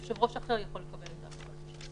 יושב-ראש אחר יכול לקבל את ההחלטה.